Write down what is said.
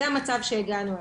זה מהמצב שהגענו אליו.